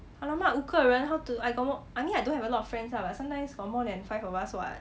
!alamak! 五个人 how to I got no I mean I don't have a lot of friends lah but sometimes got more than five of us what